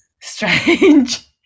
strange